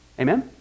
Amen